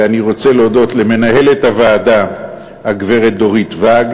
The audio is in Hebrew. ואני רוצה להודות למנהלת הוועדה הגברת דורית ואג